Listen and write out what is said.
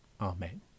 Amen